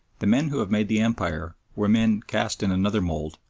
the men who have made the empire were men cast in another mould.